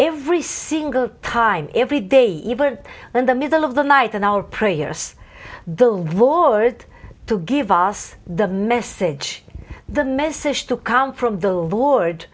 every single time every day even in the middle of the night in our prayers the lord to give us the message the message to come from the lord